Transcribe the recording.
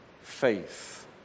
faith